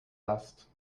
last